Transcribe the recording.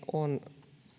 on